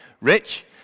Rich